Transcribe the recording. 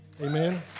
Amen